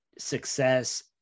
success